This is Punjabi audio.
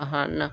ਹਨ